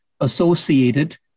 associated